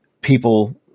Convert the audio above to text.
people